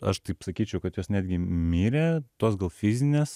aš taip sakyčiau kad jos netgi mirė tos gal fizinės